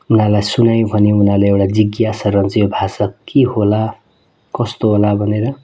उनीहरूलाई सुनायौँ भने उनीहरूलाई एउटा जिज्ञासा रहन्छ यो भाषा के होला कस्तो होला भनेर